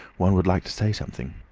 one would like to say something.